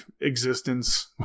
existence